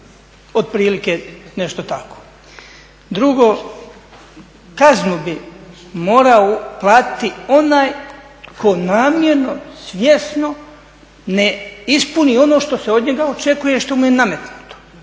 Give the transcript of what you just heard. Otprilike nešto tako. Drugo, kaznu bi morao platiti onaj tko namjerno, svjesno ne ispuni ono što se od njega očekuje i što mu je nametnuto.